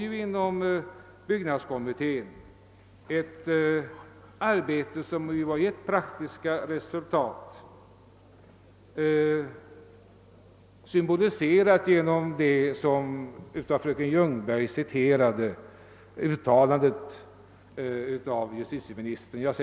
Inom fångvårdens byggnadskommitté pågår sålunda ett arbete som har givit praktiska resultat, symboliserade genom det av fröken Ljungberg citerade uttalandet av justitieministern.